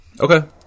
Okay